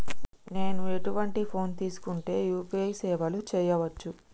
నేను ఎటువంటి ఫోన్ తీసుకుంటే యూ.పీ.ఐ సేవలు చేయవచ్చు?